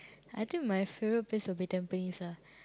I think my favourite place will be Tampines ah